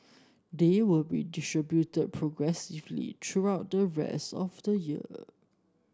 they will be distributed progressively throughout the rest of the year